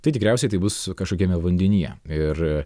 tai tikriausiai tai bus kažkokiame vandenyje ir